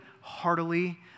heartily